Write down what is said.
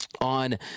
on